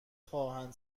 خواهند